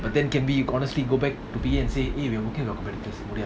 but then can be you honestly go back to and say eh we're working